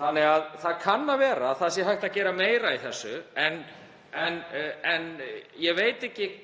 Þannig að það kann að vera að hægt sé að gera meira í þessu, en ég veit ekki